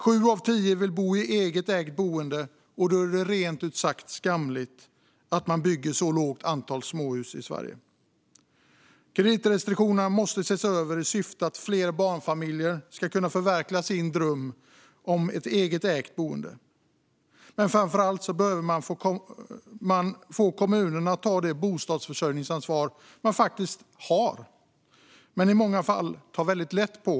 Sju av tio vill bo i eget ägt boende, och då är det rent ut sagt skamligt att man bygger ett så litet antal småhus i Sverige. Kreditrestriktionerna måste ses över i syfte att fler barnfamiljer ska kunna förverkliga sin dröm om ett eget ägt boende. Framför allt behöver man få kommunerna att ta det bostadsförsörjningsansvar som de faktiskt har men i många fall tar väldigt lätt på.